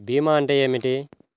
భీమా అంటే ఏమిటి?